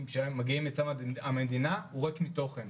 שמגיע מטעם המדינה הוא ריק מתוכן.